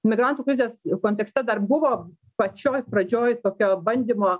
migrantų krizės kontekste dar buvo pačioj pradžioj tokio bandymo